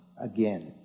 again